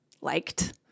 liked